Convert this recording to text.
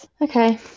okay